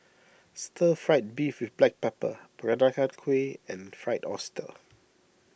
Stir Fried Beef with Black Pepper Peranakan Kueh and Fried Oyster